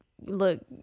look